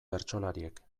bertsolariek